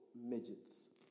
midgets